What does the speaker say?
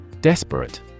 Desperate